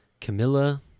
Camilla